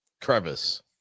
Crevice